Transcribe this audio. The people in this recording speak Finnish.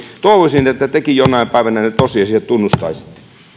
toivoisin että tekin jonain päivänä ne tosiasiat tunnustaisitte